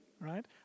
right